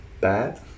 bad